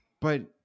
But-